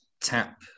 tap